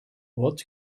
what